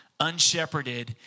unshepherded